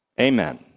Amen